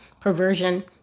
perversion